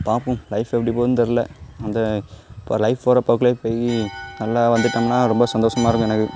பார்ப்போம் லைஃப் எப்படி போகுதுன்னு தெரில அந்த இப்போ லைஃப் போகிற போய் நல்லா வந்துவிட்டோம்னா ரொம்ப சந்தோஷமா இருக்கும் எனக்கு